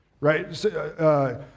Right